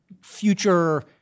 future